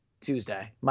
Tuesday